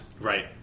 right